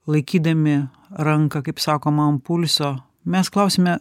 laikydami ranką kaip sakoma ant pulso mes klausiame